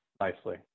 nicely